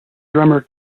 drummer